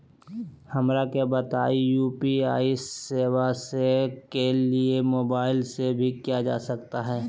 हमरा के बताइए यू.पी.आई सेवा के लिए मोबाइल से भी किया जा सकता है?